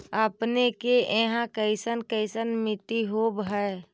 अपने के यहाँ कैसन कैसन मिट्टी होब है?